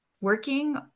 working